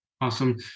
Awesome